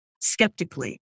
skeptically